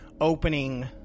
opening